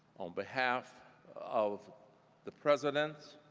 on behalf of the presidents,